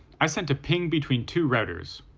i sent a ping between two routers,